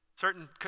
Certain